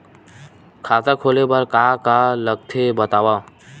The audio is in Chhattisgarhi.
खाता खोले बार का का लगथे बतावव?